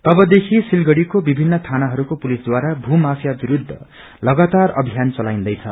तबदेखि सिलगढ़ीको विभिन्न चानाहरूको पुलिसद्वारा भू माफिया विरूद्ध लगातार अभियान चलाइदैछ